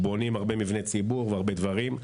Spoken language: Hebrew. בונים הרבה מבני ציבור והרבה דברים.